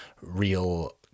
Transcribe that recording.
real